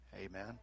Amen